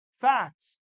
facts